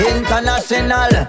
International